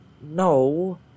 No